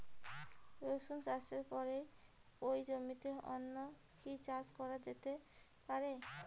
রসুন চাষের পরে ওই জমিতে অন্য কি চাষ করা যেতে পারে?